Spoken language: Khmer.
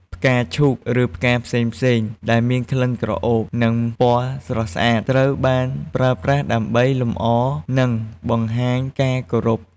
ផ្កាឈូក ឬផ្កាផ្សេងៗដែលមានក្លិនក្រអូប និងពណ៌ស្រស់ស្អាតត្រូវបានប្រើប្រាស់ដើម្បីលម្អ និងបង្ហាញការគោរព។